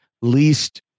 least